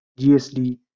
GSD